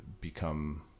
become